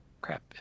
crap